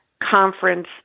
Conference